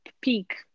peak